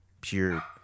Pure